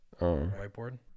whiteboard